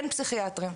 אין פסיכיאטר,